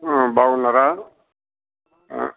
బాగున్నారా